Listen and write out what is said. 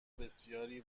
بسیاری